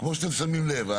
כמו שאתם שמים לב,